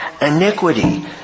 iniquity